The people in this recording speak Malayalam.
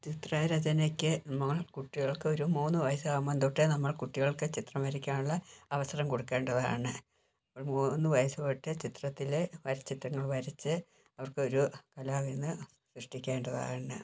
ചിത്രരചനയ്ക്ക് നമ്മൾ കുട്ടികൾക്ക് ഒരു മൂന്ന് വയസ്സ് ആകുമ്പം തൊട്ടേ നമ്മൾ കുട്ടികൾക്ക് ചിത്രം വരയ്ക്കാനുള്ള അവസരം കൊടുക്കേണ്ടതാണ് നമ്മൾ മൂന്നു വയസ്സ് തൊട്ടേ ചിത്രത്തിൽ ചിത്രങ്ങൾ വരച്ച് അവർക്ക് ഒരു കലാവിരുന്ന് സൃഷ്ടിക്കേണ്ടതാണ്